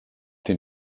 den